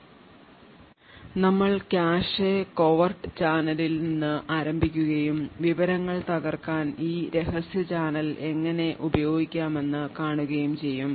ഞങ്ങൾ cache covert ചാനലിൽ നിന്ന് ആരംഭിക്കുകയും വിവരങ്ങൾ തകർക്കാൻ ഈ രഹസ്യ ചാനൽ എങ്ങനെ ഉപയോഗിക്കാമെന്ന് കാണുകയും ചെയ്യും